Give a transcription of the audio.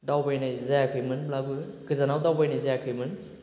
दावबायनाय जायाखैमोनब्लाबो गोजानाव दावबायनाय जायाखैमोन